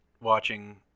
watching